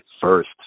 first